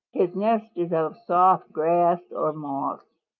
his nest is of soft grass or moss.